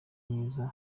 mwiza